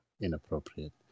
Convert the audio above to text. inappropriate